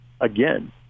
again